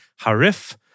Harif